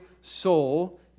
soul